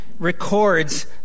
Records